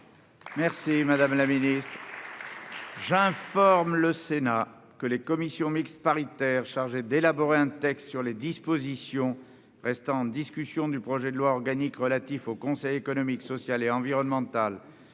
les discriminations. J'informe le Sénat que les commissions mixtes paritaires chargées d'élaborer un texte sur les dispositions restant en discussion du projet de loi organique relatif au Conseil économique, social et environnemental